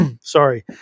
Sorry